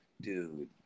dude